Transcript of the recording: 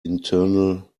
internal